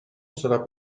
sarà